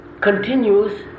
continues